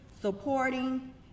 supporting